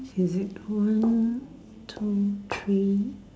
is it one two three